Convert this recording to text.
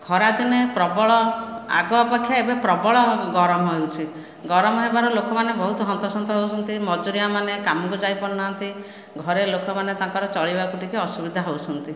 ଖରାଦିନେ ପ୍ରବଳ ଆଗ ଅପେକ୍ଷା ଏବେ ପ୍ରବଳ ଗରମ ହେଉଛି ଗରମ ହେବାରୁ ଲୋକମାନେ ବହୁତ ହନ୍ତସନ୍ତ ହେଉଛନ୍ତି ମଜୁରିଆ ମାନେ କାମକୁ ଯାଇପାରୁନାହାନ୍ତି ଘରେ ଲୋକମାନେ ତାଙ୍କର ଚଳିବାକୁ ଟିକେ ଅସୁବିଧା ହେଉଛନ୍ତି